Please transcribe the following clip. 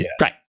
Right